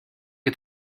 que